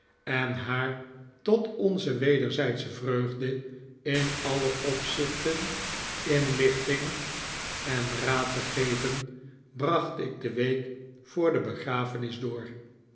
en haar tot onze wederzijdsche vreugde in alle opzichten inlichting en raad te geven hracht ik de week voor de begrafenis door